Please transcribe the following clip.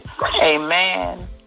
Amen